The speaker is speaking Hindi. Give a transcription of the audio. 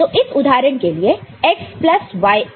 तो इस उदाहरण के लिए x प्लस x प्राइम है